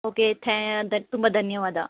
okay ಥ್ಯಾ ದ್ ತುಂಬ ಧನ್ಯವಾದ